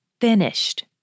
finished